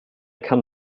kann